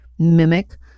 mimic